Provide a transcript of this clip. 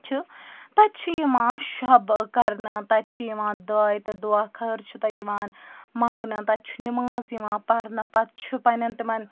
چھُ تَتہِ چھُ یِوان شب ٲں کرنہٕ تَتہِ چھُ یِوان دعاے تہٕ دُعا خٲطر چھُ تَتہِ یِوان منٛگنہٕ تَتہِ چھِ نِماز یِوان پَرنہٕ پَتہٕ چھُ پَننیٚن تِمن